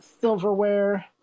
silverware